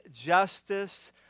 justice